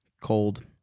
cold